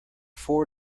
four